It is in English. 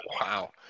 wow